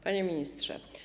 Panie Ministrze!